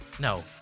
no